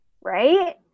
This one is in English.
Right